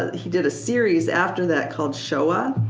he did a series after that called showa.